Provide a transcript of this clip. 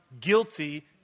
guilty